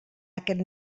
aquest